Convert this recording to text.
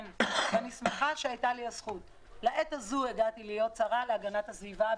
אני שמחה שהייתה לי הזכות בעת הזאת להיות שרה להגנת הסביבה,